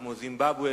כמו זימבבואה,